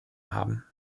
haben